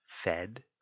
fed